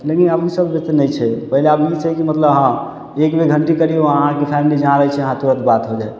लेकिन आब उ सभ तऽ नहि छै पहिले आब ई छै कि मतलब हाँ एक बेर घण्टी करियौ अहाँके फैमिली जहाँ रहय छै उहाँ तुरत बात हो जायत